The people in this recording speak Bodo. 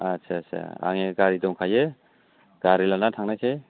आच्चा चा आङो गारि दंखायो गारि लाना थांनोसै